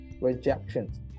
rejections